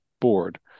board